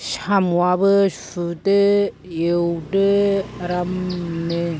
साम'आबो सुदो एवदो आरामनो